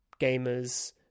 gamers